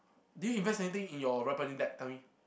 did you invest anything in your deck tell me